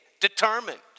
determined